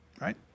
right